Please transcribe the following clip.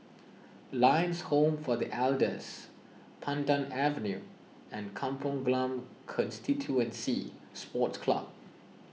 Lions Home for the Elders Pandan Avenue and Kampong Glam Constituency Sports Club